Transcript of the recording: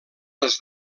les